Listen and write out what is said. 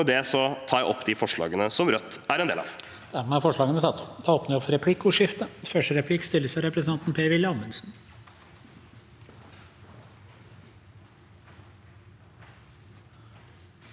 Med det tar jeg opp de forslagene som Rødt har alene.